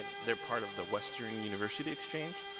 they're part of the western university exchange.